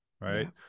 right